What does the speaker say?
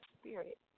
spirit